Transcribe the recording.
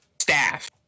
staff